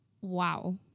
wow